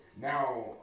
Now